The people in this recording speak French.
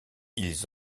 ils